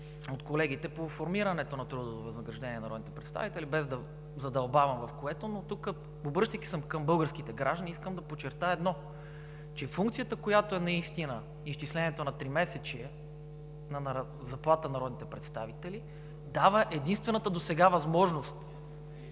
от колегите по формирането на трудовото възнаграждение на народните представители, без да задълбавам, но тук, обръщайки се към българските граждани, искам да подчертая едно: че функцията, която е наистина – изчислението на тримесечие на заплатата на народните представители, дава единствената досега възможност